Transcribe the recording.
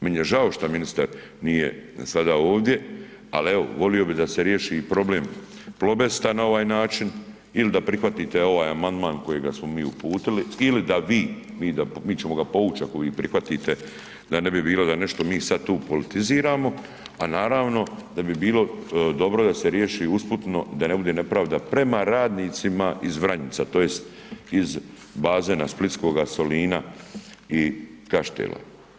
Meni je žao što ministar nije sada ovdje, ali evo volio bih da se riješi i problem „Plobesta“ na ovaj način ili da prihvatite ovaj amandman kojega smo mi uputili ili da vi, mi ćemo ga povuć ako vi prihvatite da ne bi bilo da nešto mi sada tu politiziramo, a naravno da bi bilo dobro da se riješi usputno da ne bude nepravda prema radnicima iz Vranjica tj. iz bazena splitskoga Solina i Kaštela.